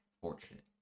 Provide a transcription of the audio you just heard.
fortunate